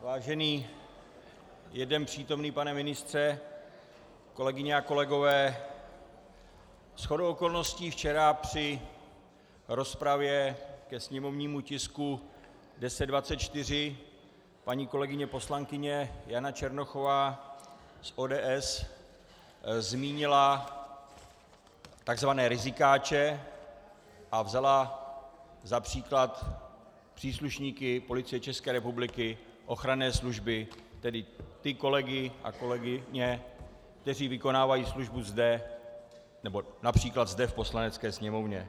Vážený jeden přítomný pane ministře, kolegyně a kolegové, shodou okolností včera při rozpravě ke sněmovnímu tisku 1024 paní kolegyně poslankyně Jana Černochová z ODS zmínila tzv. rizikáče a vzala za příklad příslušníky Policie ČR, ochranné služby, tedy ty kolegy a kolegyně, kteří vykonávají službu například zde v Poslanecké sněmovně.